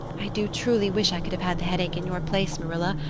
i do truly wish i could have had the headache in your place, marilla.